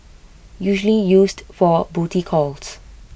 usually used for booty calls